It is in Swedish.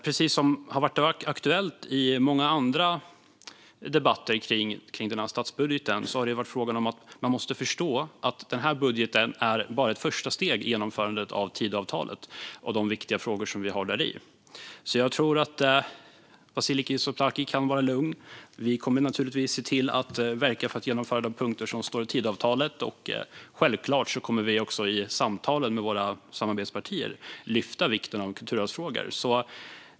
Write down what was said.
Precis som varit aktuellt i många andra debatter om den här statsbudgeten måste man förstå att det här bara är ett första steg i genomförandet av Tidöavtalet och de viktiga frågor som vi har däri. Jag tror därför att Vasiliki Tsouplaki kan vara lugn. Vi kommer naturligtvis att verka för att genomföra de punkter som står i Tidöavtalet, och självklart kommer vi också att i samtalen med våra samarbetspartier lyfta vikten av kulturarvsfrågor.